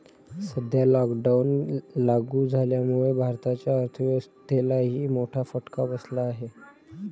सध्या लॉकडाऊन लागू झाल्यामुळे भारताच्या अर्थव्यवस्थेलाही मोठा फटका बसला आहे